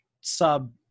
sub